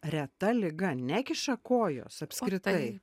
reta liga nekiša kojos apskritai